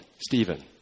Stephen